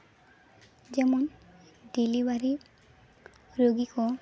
ᱡᱮᱢᱚᱱ ᱰᱮᱞᱤᱵᱷᱟᱨᱤ ᱨᱳᱜᱤ ᱠᱚ